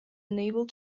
unable